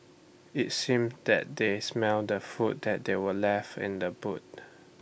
IT seemed that they had smelt the food that were left in the boot